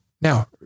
Now